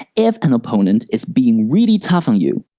if an opponent is being really tough on you,